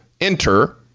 enter